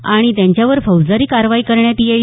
आणि त्यांच्यावर फौजदारी कारवाई करण्यात येईल